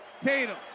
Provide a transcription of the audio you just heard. Tatum